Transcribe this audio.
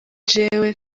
jewe